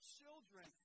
children